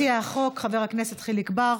מציע החוק, חבר הכנסת חיליק בר.